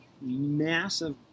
massive